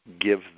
give